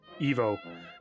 Evo